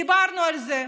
דיברנו על זה.